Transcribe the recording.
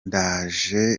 naje